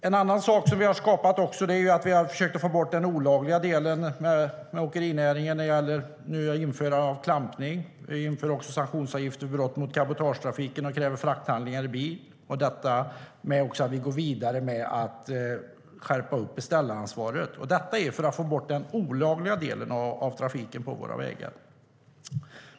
En annan sak som vi har gjort är att vi har försökt få bort den olagliga delen av åkerinäringen genom införande av klampning, sanktionsavgifter för brott mot cabotagetrafiken och krav på frakthandlingar i bil. Vi går också vidare med att skärpa beställaransvaret. Detta gör vi för att få bort den olagliga delen av trafiken på våra vägar.